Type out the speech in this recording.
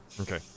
Okay